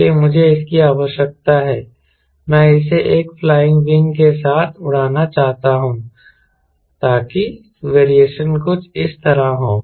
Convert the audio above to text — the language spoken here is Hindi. इसलिए मुझे इसकी आवश्यकता है मैं इसे एक फ्लाइंग विंग के साथ उड़ाना चाहता हूं ताकि वेरिएशन कुछ इस तरह हो